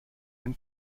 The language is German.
ein